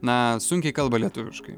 na sunkiai kalba lietuviškai